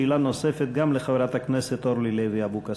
שאלה נוספת גם לחברת הכנסת אורלי לוי אבקסיס.